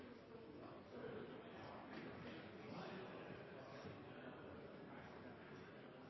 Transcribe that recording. men så er